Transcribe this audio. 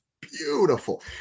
beautiful